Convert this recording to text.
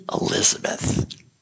Elizabeth